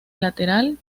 lateral